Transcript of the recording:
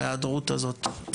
ההיעדרות הזאת,